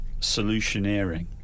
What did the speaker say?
solutioneering